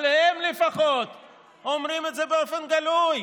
אבל הם לפחות אומרים את זה באופן גלוי.